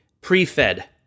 pre-Fed